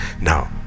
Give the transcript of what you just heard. Now